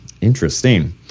Interesting